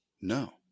No